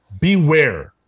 Beware